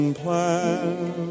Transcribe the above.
plan